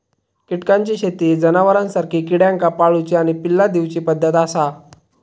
कीटकांची शेती ही जनावरांसारखी किड्यांका पाळूची आणि पिल्ला दिवची पद्धत आसा